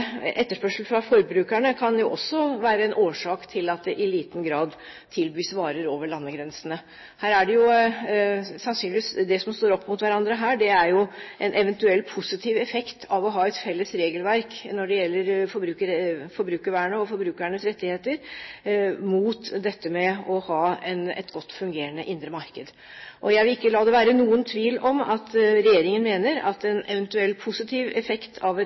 etterspørsel fra forbrukerne, kan også være en årsak til at det i liten grad tilbys varer over landegrensene. Det som sannsynligvis står opp mot hverandre her, er jo en eventuell positiv effekt av å ha et felles regelverk når det gjelder forbrukervernet og forbrukernes rettigheter, mot dette med å ha et godt fungerende indre marked. Jeg vil ikke la det være noen tvil om at regjeringen mener at en eventuell positiv effekt av et